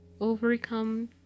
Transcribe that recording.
overcome